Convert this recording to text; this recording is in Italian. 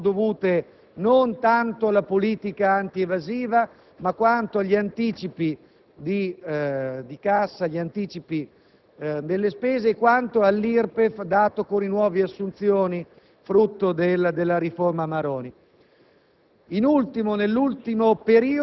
Governo. Queste maggiori entrate sono dovute non tanto alla politica antievasiva quanto agli anticipi di cassa, agli anticipi delle spese, all'IRPEF versato con le nuove assunzioni frutto della riforma Maroni.